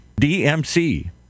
DMC